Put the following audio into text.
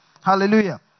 Hallelujah